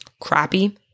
crappy